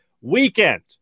weekend